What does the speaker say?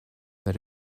that